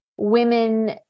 women